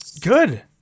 good